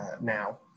now